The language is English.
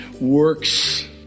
works